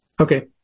Okay